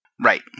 Right